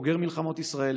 בוגר מלחמות ישראל,